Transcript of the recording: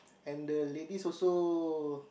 and the ladies also